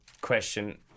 question